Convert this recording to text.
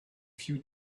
few